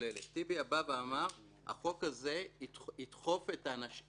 לפי הנוסח שיש כרגע בהצעת החוק שיקול הדעת שיש לרשם,